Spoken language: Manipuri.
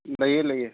ꯂꯩꯌꯦ ꯂꯩꯌꯦ